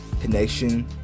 Connection